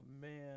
man